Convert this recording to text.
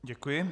Děkuji.